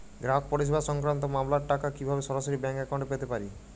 গ্রাহক পরিষেবা সংক্রান্ত মামলার টাকা কীভাবে সরাসরি ব্যাংক অ্যাকাউন্টে পেতে পারি?